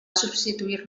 substituir